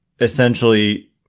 Essentially